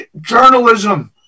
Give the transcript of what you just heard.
journalism